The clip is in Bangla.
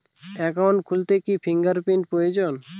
একাউন্ট খুলতে কি ফিঙ্গার প্রিন্ট প্রয়োজন?